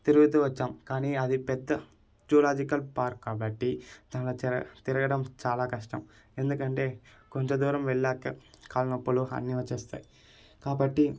తిరుగుతూ వచ్చాము కానీ అది పెద్ద జువలాజికల్ పార్క్ కాబట్టి దానిలో తి తిరగడం చాలా కష్టం ఎందుకంటే కొంత దూరం వెళ్ళాక కాళ్ళ నొప్పులు అన్నీ వచ్చేస్తాయి కాబట్టి